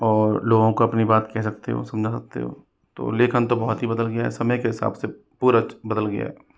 और लोगों को अपनी बात कह सकते हो समझा सकते हो तो लेखन तो बहुत ही बदल गया है समय के हिसाब से पूरा बदल गया है